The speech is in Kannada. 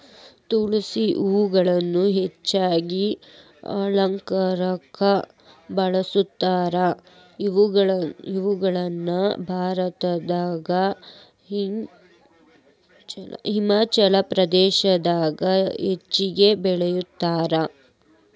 ಟುಲಿಪ್ಸ್ ಹೂಗಳನ್ನ ಹೆಚ್ಚಾಗಿ ಅಲಂಕಾರಕ್ಕ ಬಳಸ್ತಾರ, ಇವುಗಳನ್ನ ಭಾರತದಾಗ ಹಿಮಾಚಲ ಪ್ರದೇಶದಾಗ ಹೆಚ್ಚಾಗಿ ಬೆಳೇತಾರ